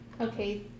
okay